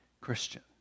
Christian